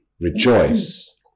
Rejoice